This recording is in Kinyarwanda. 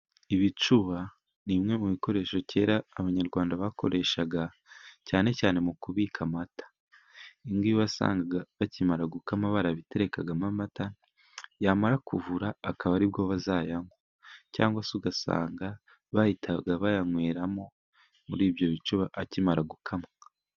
ibicuba ni bimwe mu bikoresho kera abanyarwanda bakoreshaga, cyane cyane mu kubika amata. Nk'iyo wasanga bakimara gukama, barabiterekagamo amata, yamara kuvura akaba ari bwo bazayanywa. Cyangwa se ugasanga bahitaga bayanyweramo, muri ibyo bicuba akimara gukamwa.